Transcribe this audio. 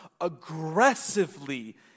aggressively